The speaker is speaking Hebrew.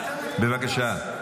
בבקשה.